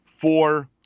four